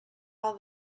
all